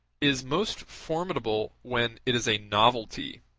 is most formidable when it is a novelty